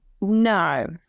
No